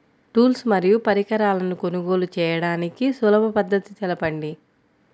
Tools మరియు పరికరాలను కొనుగోలు చేయడానికి సులభ పద్దతి తెలపండి?